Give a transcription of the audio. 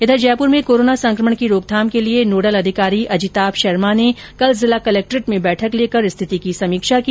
इधर जयपुर में कोरोना संक्रमण की रोकथाम के लिए नोडल अधिकारी अजिताभ शर्मा ने कल जिला कलक्ट्रेट में बैठक लेकर स्थिति की समीक्षा की